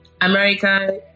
America